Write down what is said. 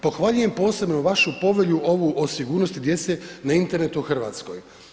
Pohvaljujem posebno vašu povelju ovu o sigurnosti djece na internetu u Hrvatskoj.